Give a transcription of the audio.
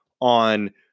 on